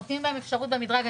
נותנים להם אפשרות במדרג.